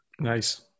Nice